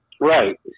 Right